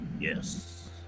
yes